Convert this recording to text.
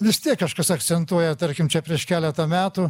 vis tiek kažkas akcentuoja tarkim čia prieš keletą metų